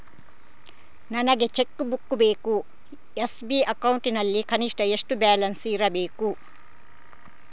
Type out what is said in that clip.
ನನಗೆ cheque book ಬೇಕು SB account ನಲ್ಲಿ ಕನಿಷ್ಠ ಎಷ್ಟು ಬ್ಯಾಲೆನ್ಸ್ ಇರಬೇಕು?